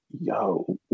yo